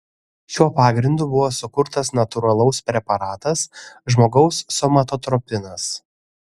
šiuo pagrindu buvo sukurtas natūralaus preparatas žmogaus somatotropinas